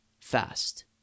fast